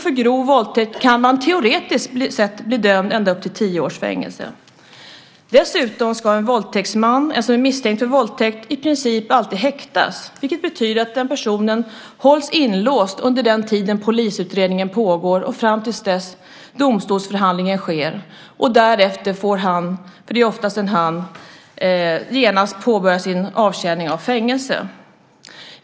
För grov våldtäkt kan man teoretiskt sett bli dömd till ända upp till tio års fängelse. Dessutom ska en person misstänkt för våldtäkt i princip alltid häktas. Det betyder att den personen hålls inlåst under den tid polisutredningen pågår och fram till dess att domstolsförhandlingen sker. Därefter får han, för det är oftast en han, genast påbörja avtjänandet av fängelsestraffet.